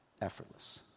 Effortless